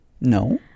No